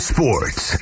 Sports